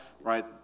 Right